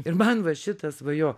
ir man va šitas va jo